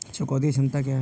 चुकौती क्षमता क्या है?